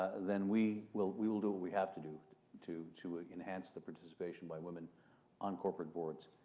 then we will we will do what we have to do to to enhance the participation by women on corporate boards.